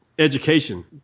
education